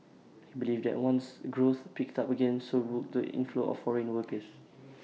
he believed that once growth picked up again so would the inflow of foreign workers